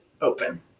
open